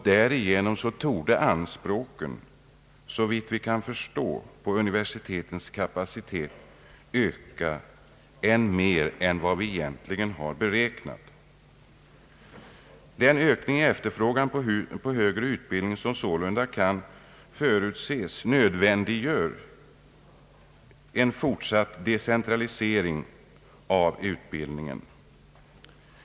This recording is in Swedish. Därigenom torde anspråken, såvitt vi kan förstå, på universitetens kapacitet att öka mer än vi egentligen har beräknat. Den ökning i efterfrågan på högre utbildning som sålunda kan förutses nödvändiggör en fortsatt centralisering av utbildningen.